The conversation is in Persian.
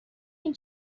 این